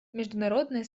международное